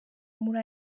muri